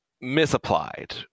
misapplied